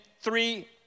three